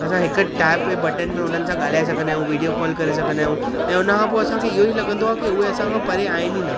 असां हिकु टैप ए बटन में उन्हनि सां ॻाल्हाए सघंदा आहियूं वीडियो कॉल करे सघंदा आहियूं ऐं हुन खां पोइ असांखे इहेई लगंदो आहे कि उहे असांखां परे आहिनि इ न